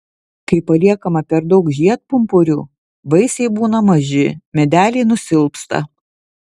kai paliekama per daug žiedpumpurių vaisiai būna maži medeliai nusilpsta